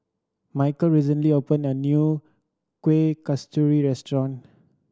Michal recently opened a new Kuih Kasturi restaurant